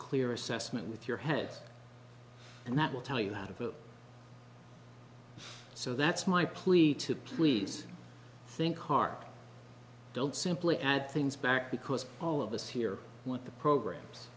clear assessment with your heads and that will tell you how to vote so that's my plea to please think hard don't simply add things back because all of us here want the programs